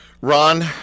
Ron